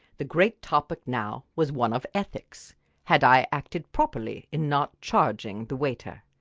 the great topic now was one of ethics had i acted properly in not charging the waiter?